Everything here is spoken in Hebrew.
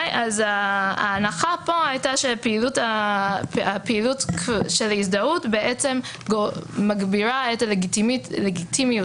ההנחה הייתה שפעילות של הזדהות מגבירה את הלגיטימיות